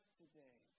today